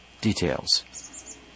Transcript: details